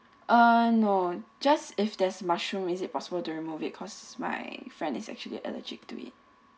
uh no just if there's mushroom is it possible to remove it cause my friend is actually allergic to it